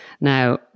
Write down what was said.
Now